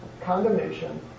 condemnation